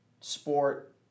sport